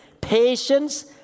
patience